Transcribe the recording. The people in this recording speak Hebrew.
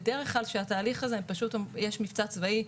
בדרך כלל יש מבצע צבאי,